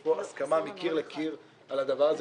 יש פה הסכמה מקיר לקיר על הדבר הזה